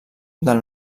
del